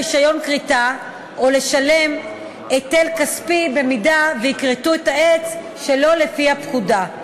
רישיון כריתה או לשלם היטל כספי אם יכרתו את העץ שלא לפי הפקודה.